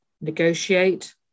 negotiate